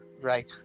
right